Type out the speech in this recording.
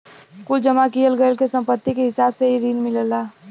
कुल जमा किहल गयल के सम्पत्ति के हिसाब से ही रिन मिलला